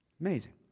Amazing